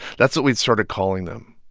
that's what we'd started calling them.